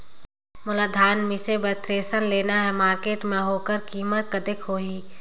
मोला धान मिसे बर थ्रेसर लेना हे मार्केट मां होकर कीमत कतेक होही?